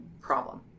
problem